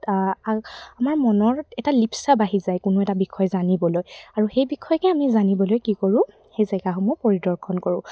আমাৰ মনত এটা লিপ্ছা বাঢ়ি যায় কোনো এটা বিষয় জানিবলৈ আৰু সেই বিষয়কে আমি জানিবলৈ কি কৰোঁ সেই জেগাসমূহ পৰিদৰ্শন কৰোঁ